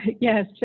yes